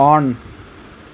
on